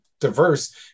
diverse